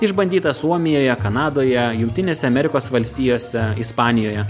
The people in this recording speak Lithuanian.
išbandyta suomijoje kanadoje jungtinėse amerikos valstijose ispanijoje